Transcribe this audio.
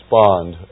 respond